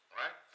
right